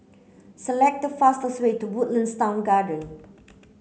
select the fastest way to Woodlands Town Garden